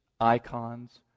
icons